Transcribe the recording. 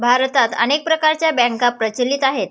भारतात अनेक प्रकारच्या बँका प्रचलित आहेत